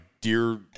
dear